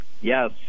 yes